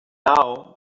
now